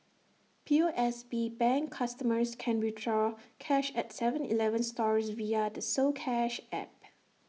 P O S B bank customers can withdraw cash at Seven Eleven stores via the soCash app